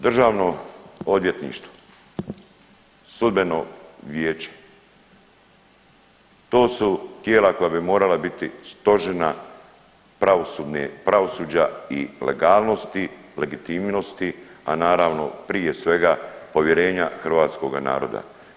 Državno odvjetništvo, sudbeno vijeće to su tijela koja bi morala biti stožena pravosuđa i legalnosti, legitimnosti, a naravno prije svega povjerenja hrvatskoga naroda.